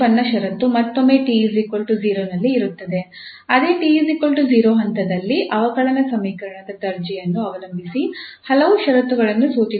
ಅದೇ 𝑡 0 ಹಂತದಲ್ಲಿ ಅವಕಲನ ಸಮೀಕರಣದ ದರ್ಜೆಯನ್ನು ಅವಲಂಬಿಸಿ ಹಲವು ಷರತ್ತುಗಳನ್ನು ಸೂಚಿಸಬಹುದು